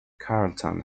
carlton